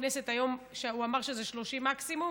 שמעתי שיו"ר הכנסת אמר היום שזה 30 יום מקסימום.